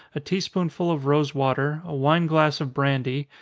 a tea-spoonful of rosewater, a wine glass of brandy,